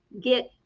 get